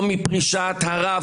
או מפרישת הרב,